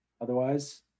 otherwise